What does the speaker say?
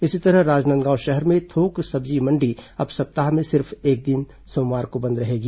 इसी तरह राजनांदगांव शहर में थोक सब्जी मंडी अब सप्ताह में सिर्फ एक दिन सोमवार को बंद रहेगी